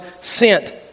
sent